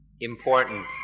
important